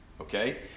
Okay